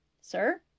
Sir